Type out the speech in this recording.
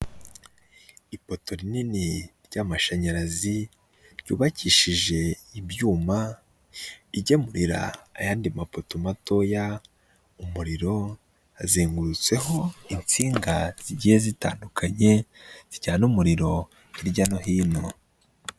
Ipoto rinini ry'amashanyarazi ryubakishije ibyuma rigemurira ayandi mapoto matoya umuriro, hazengurutseho insinga zigiye zitandukanye zijyana umuriro hirya no hino.